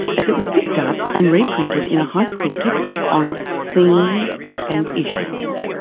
as it was picked up and reprinted in a high school textbook on themes and issues.